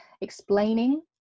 explaining